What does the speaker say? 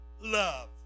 love